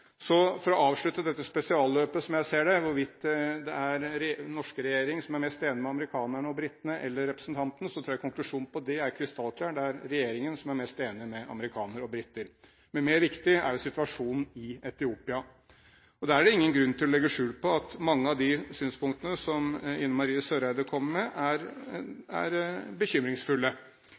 For å avslutte dette spesialløpet: Når det gjelder hvorvidt det er den norske regjering eller representanten som er mest enig med amerikanerne og britene, tror jeg konklusjonen på det er krystallklar: Det er regjeringen som er mest enig med amerikanere og briter. Men viktigere er situasjonen i Etiopia. Det er ingen grunn til å legge skjul på at mange av de forholdene som Ine Marie Eriksen Søreide peker på, er bekymringsfulle. For å nevne noen av de mest bekymringsfulle